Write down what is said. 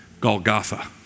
Golgotha